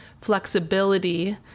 flexibility